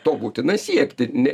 to būtina siekti ne